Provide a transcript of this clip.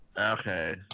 okay